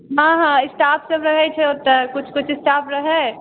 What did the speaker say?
हँ हँ स्टाफ सब रहै छै ओतऽ कुछ स्टाफ रहै